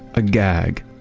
a gag,